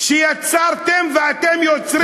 שיצרתם ואתם יוצרים.